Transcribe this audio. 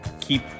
keep